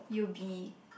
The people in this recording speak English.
you'll be